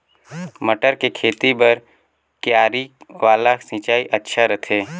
मटर के खेती बर क्यारी वाला सिंचाई अच्छा रथे?